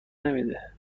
نمیده